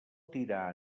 tirà